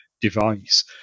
device